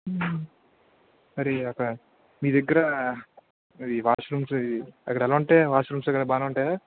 మరి అక్కడ మీ దగ్గర అది వాష్రూమ్స్ అక్కడ ఎలా ఉంటాయి వాష్రూమ్స్ ఎక్కడ బానే ఉంటాయా